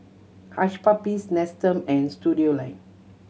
Hush Puppies Nestum and Studioline